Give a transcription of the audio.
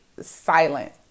silent